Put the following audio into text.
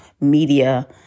media